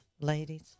Ladies